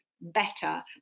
better